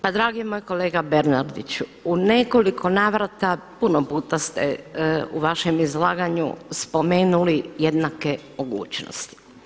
Pa dragi moj kolega Bernardiću u nekoliko navrata, puno puta ste u vašem izlaganju spomenuli jednake mogućnosti.